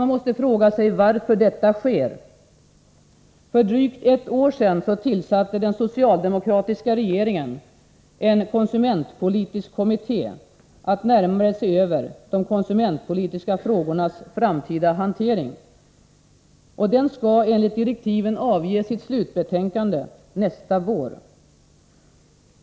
Man måste fråga sig varför detta sker. För drygt ett år sedan tillsatte den socialdemokratiska regeringen en konsumentpolitisk kommitté att närmare se över de konsumentpolitiska frågornas framtida hantering. Den skall enligt direktiven avge sitt slutbetänkande nästa vår.